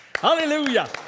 Hallelujah